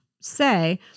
say